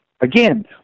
Again